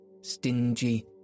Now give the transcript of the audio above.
stingy